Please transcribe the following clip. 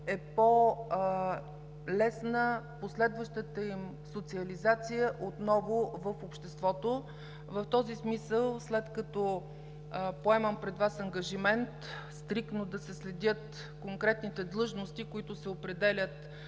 е по-лесна последващата им социализация отново в обществото. В този смисъл след като поемам пред Вас ангажимент стриктно да се следят конкретните длъжности, които се определят